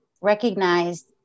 recognized